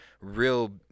real